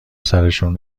سرشون